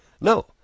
No